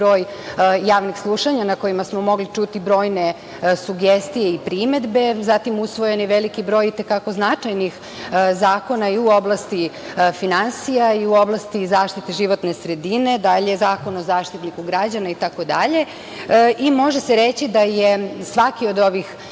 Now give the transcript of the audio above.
javnih slušanja na kojima smo mogli čuti brojne sugestije i primedbe, zatim usvojen je veliki broj i te kako značajnih zakona i u oblasti finansija i u oblasti zaštite životne sredine, Zakon o Zaštitniku građana itd. i može se reći da je svaki od ovih